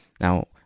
now